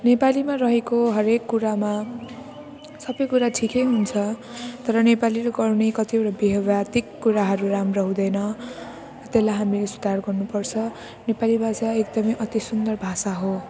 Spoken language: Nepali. नेपालीमा रहेको हरेक कुरामा सबै कुरा ठिकै हुन्छ तर नेपालीले गर्ने कतिवटा कुराहरू राम्रो हुँदैन त्यसलाई हामीले सुधार गर्नुपर्छ नेपाली भाषा एकदमै अति सुन्दर भाषा हो